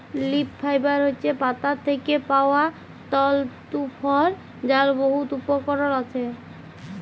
leaf fibre হছে পাতা থ্যাকে পাউয়া তলতু ফল যার বহুত উপকরল আসে